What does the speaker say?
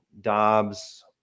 Dobbs